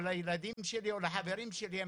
לחברים שלי שאני לא יכול להיכנס,